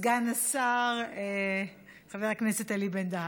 סגן השר חבר הכנסת אלי בן-דהן.